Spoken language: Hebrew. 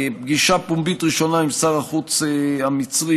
פגישה פומבית ראשונה עם שר החוץ המצרי,